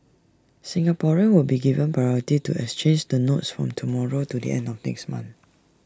Singaporeans will be given priority to exchange the notes from tomorrow to the end of next month